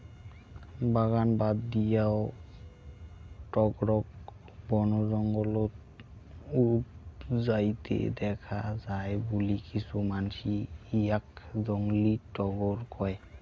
বাগান বাদ দিয়াও টগরক বনজঙ্গলত উবজাইতে দ্যাখ্যা যায় বুলি কিছু মানসি ইয়াক জংলী টগর কয়